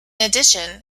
addition